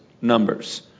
Numbers